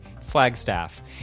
Flagstaff